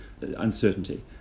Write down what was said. uncertainty